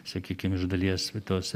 sakykim iš dalies tos